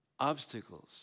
Obstacles